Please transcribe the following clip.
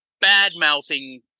bad-mouthing